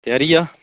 ਤਿਆਰੀ ਆ